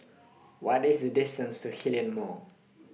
What IS The distance to Hillion Mall